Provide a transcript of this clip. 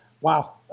Wow